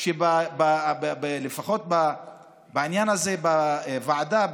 שלפחות בעניין הזה בוועדה,